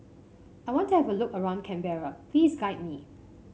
I want to have a look around Canberra please guide me